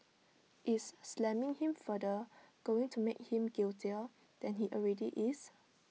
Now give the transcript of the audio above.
is slamming him further going to make him guiltier than he already is